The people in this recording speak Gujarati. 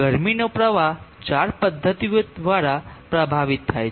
ગરમીનો પ્રવાહ ચાર પદ્ધતિઓ દ્વારા પ્રભાવિત થાય છે